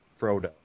Frodo